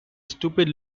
stupid